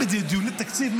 בדיוני תקציב,